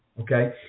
okay